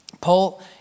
Paul